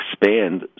expand